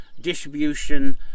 distribution